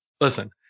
listen